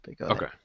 Okay